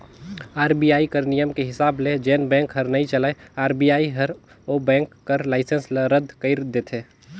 RBI कर नियम के हिसाब ले जेन बेंक हर नइ चलय आर.बी.आई हर ओ बेंक कर लाइसेंस ल रद कइर देथे